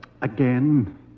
Again